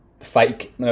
fake